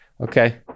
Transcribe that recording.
Okay